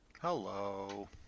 Hello